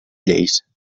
lleis